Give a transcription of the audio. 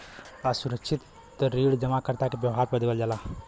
असुरक्षित ऋण जमाकर्ता के व्यवहार पे देवल जाला